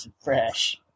fresh